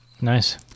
Nice